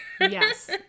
Yes